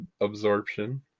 absorption